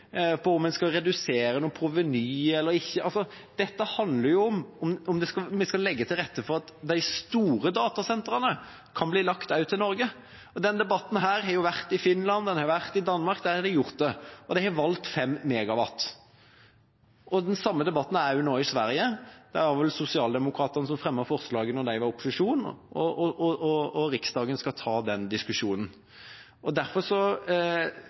på beslutningen. Som jeg var inne på i mitt innlegg, er ikke dette bare en beslutning av om en skal redusere noe proveny eller ikke. Dette handler om hvorvidt vi skal legge til rette for at de store datasentrene kan bli lagt til Norge. Denne debatten har de hatt i Finland og i Danmark. Der har de gjort det, og de har valgt 5 MW. Den samme debatten er nå i Sverige. Det var vel sosialdemokratene som fremmet forslaget da de var i opposisjon, og Riksdagen skal ta den diskusjonen. Derfor